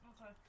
Okay